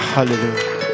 Hallelujah